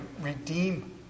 redeem